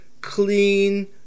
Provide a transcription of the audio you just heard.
clean